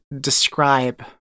describe